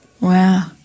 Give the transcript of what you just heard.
Wow